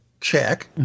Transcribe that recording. check